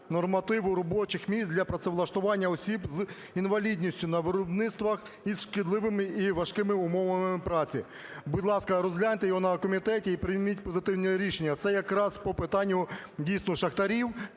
нормативу робочих місць для працевлаштування осіб з інвалідністю на виробництвах із шкідливими і важкими умовами праці. Будь ласка, розгляньте його на комітеті і прийміть позитивне рішення, це якраз по питанню дійсно шахтарів